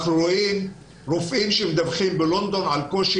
אנחנו רואים רופאים שמדווחים בלונדון על קושי